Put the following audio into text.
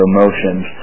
Emotions